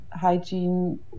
hygiene